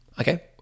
Okay